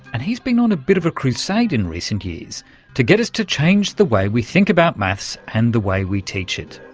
and he's been on a bit of a crusade in recent years to get us to change the way we think about maths and the way we teach it.